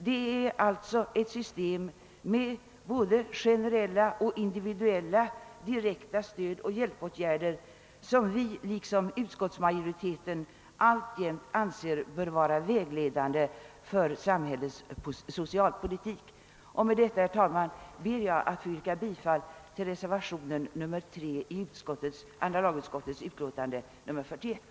Det är alltså ett system med både generella och individuella direkta stödoch hjälpåtgärder som vi liksom utskottsmajoriteten anser alltjämt bör vara vägledande för samhällets socialpolitik. Med dessa ord, herr talman, ber jag att få yrka bifall till reservationen 3 vid andra lagutskottets utlåtande nr 41.